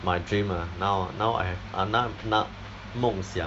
my dream ah now ah now I have now now 梦想